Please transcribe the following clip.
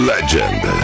Legend